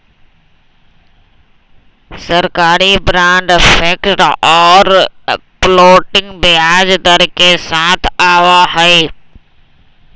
सरकारी bond fixed और floating ब्याज दर के साथ आवा हई